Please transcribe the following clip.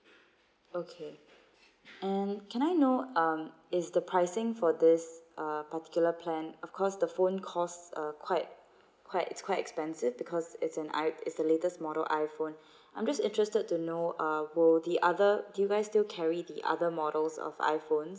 okay and can I know um is the pricing for this uh particular plan of course the phone costs uh quite quite it's quite expensive because it's an I it's the latest model iPhone I'm just interested to know uh or the other device do you guys still carry the other models of iPhones